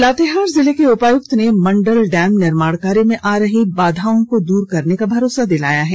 लातेहार जिले के उपायुक्त ने मंडल डैम निर्माण कार्य में आ रही बाधाओं को दूर करने का भरोसा दिलाया है